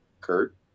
kurt